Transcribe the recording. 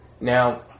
Now